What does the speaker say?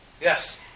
Yes